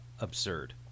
absurd